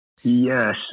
yes